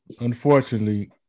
Unfortunately